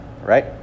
right